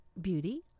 beauty